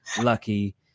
Lucky